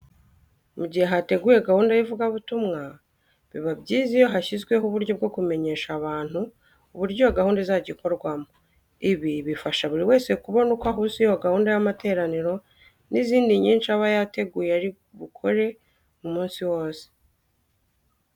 Mu gihe hateguwe gahunda y'ivugabutumwa biba byiza iyo hashyizweho uburyo bwo kumenyesha abantu uburyo iyo gahunda izajya ikorwamo. Ibi bifasha buri wese kubona uko ahuza iyo gahunda y'amateraniro n'izindi nyinshi aba yateguye ari bukora mu munsi wose.